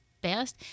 best